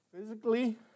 Physically